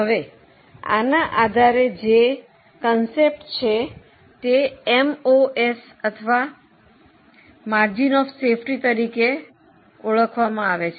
હવે આના આધારે જે ખ્યાલો છે જેને એમઓએસ અથવા સલામતી નો ગાળો તરીકે ઓળખવામાં આવે છે